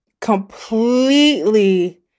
completely